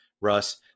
Russ